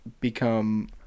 become